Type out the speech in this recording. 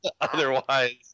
otherwise